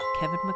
Kevin